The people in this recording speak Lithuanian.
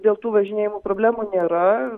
dėl tų važinėjimų problemų nėra ir